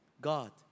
God